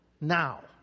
now